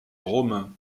romain